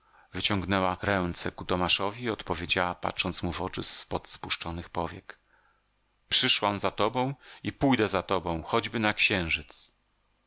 wyciągnęła ręce ku tomaszowi i odpowiedziała patrząc mu w oczy z pod spuszczonych powiek przyszłam za tobą i pójdę za tobą choćby na księżyc